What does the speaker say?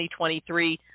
2023